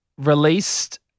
released